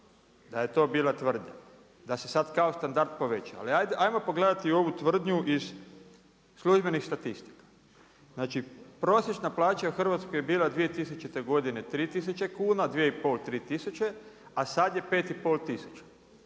da je to bila tvrdnja, da se sad kao standard povećao, ali ajmo pogledati ovu tvrdnju iz službenih statistika. Znači, prosječna plaća je u Hrvatskoj bila 2000. godine 3 tisuće kuna, 2 i pol, 3